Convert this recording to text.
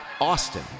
Austin